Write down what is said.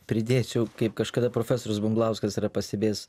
pridėsiu kaip kažkada profesorius bumblauskas yra pastebėjęs